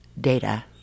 data